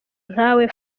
nkawe